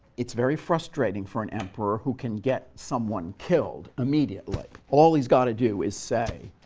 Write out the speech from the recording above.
it's very frustrating for an emperor who can get someone killed immediately. like all he's got to do is say,